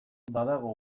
badago